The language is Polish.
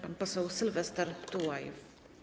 Pan poseł Sylwester Tułajew.